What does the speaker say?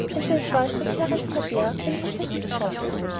and the advice to caress your bear when he is at his crossest.